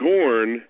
Gorn